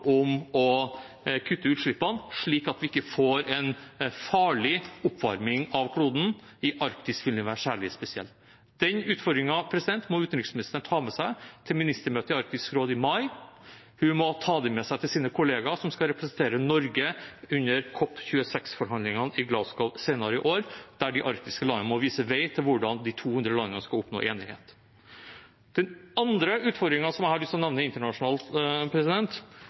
om å kutte utslippene, slik at vi ikke får en farlig oppvarming av kloden. I Arktis vil den være særlig spesiell. Den utfordringen må utenriksministeren ta med seg til ministermøtet i Arktisk råd i mai. Hun må ta den med seg til sine kolleger som skal representere Norge under COP26-forhandlingene i Glasgow senere i år, der de arktiske landene må vise vei for hvordan de 200 landene skal oppnå enighet. Den andre internasjonale utfordringen som jeg har lyst til å nevne,